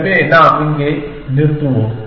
எனவே நாம் இங்கே நிறுத்துவோம்